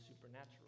supernatural